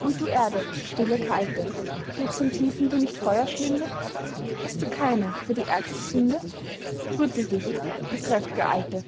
und du erde stille kalte birgst in tiefen du nicht feuerschlünde hast du keine für die ärgste sünde rüttle dich du kräft'ge alte